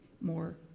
more